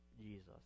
Jesus